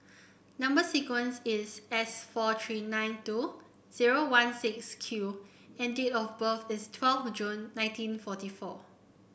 number sequence is S four three nine two zero one six Q and date of birth is twelfth June nineteen forty four